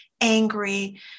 angry